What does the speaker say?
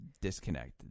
disconnect